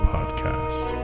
Podcast